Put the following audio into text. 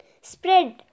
spread